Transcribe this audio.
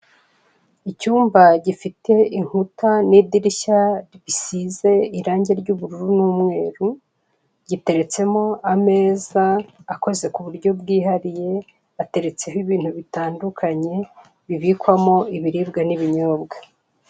Icyumba gifite inkuta n'idirishya bisize irangi ry'ubururu n'umweru, giteretsemo ameza akoze ku buryo bwihariye, hateretseho ibintu bitandukanye bibikwamo ibiribwa n'ibinyobwa.